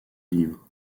livres